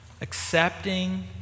Accepting